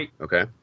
okay